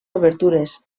obertures